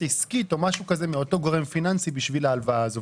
עסקית מאותו גורם פיננסי בשביל ההלוואה הזאת,